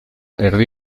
erdi